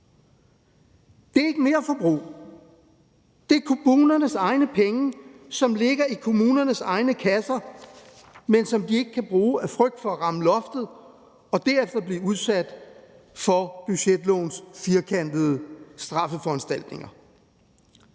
Det er ikke merforbrug, men det er kommunernes egne penge, som ligger i kommunernes egne kasser, men som de ikke kan bruge af frygt for at ramme loftet og derefter blive udsat for budgetlovens firkantede straffeforanstaltninger.